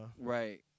Right